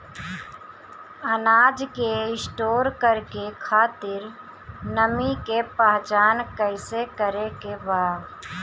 अनाज के स्टोर करके खातिर नमी के पहचान कैसे करेके बा?